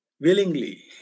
willingly